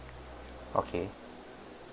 okay